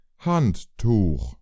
Handtuch